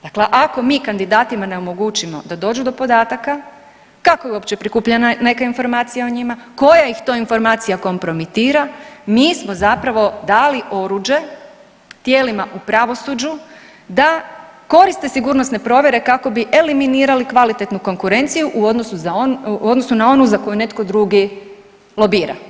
Dakle, ako mi kandidatima ne omogućimo da dođu do podataka, kako je uopće prikupljena neka informacija o njima, koja ih to informacija kompromitira mi smo zapravo dali oruđe tijelima u pravosuđu da koriste sigurnosne provjere kako bi eliminirali kvalitetnu konkurenciju u odnosu na onu za koju netko drugi lobira.